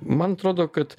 man atrodo kad